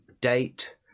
date